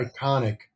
iconic